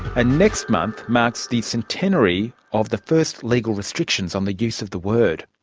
and next month marks the centenary of the first legal restrictions on the use of the word.